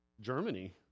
Germany